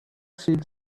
seemed